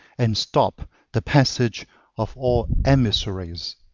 and stop the passage of all emissaries.